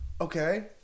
Okay